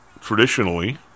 traditionally